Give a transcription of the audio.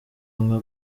nka